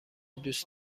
دوست